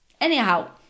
Anyhow